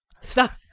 Stop